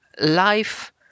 life